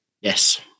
yes